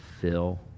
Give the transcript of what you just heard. fill